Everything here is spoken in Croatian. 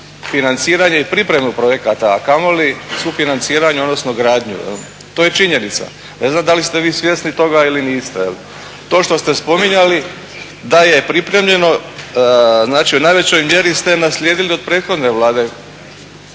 financiranje i pripremu projekata a kamoli sufinanciranje odnosno gradnju. To je činjenica, ne znam da li ste vi svjesni toga ili niste. To što ste spominjali da je pripremljeno, znači u najvećoj mjeri ste naslijedili od prethodne Vlade,